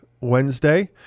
Wednesday